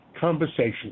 conversation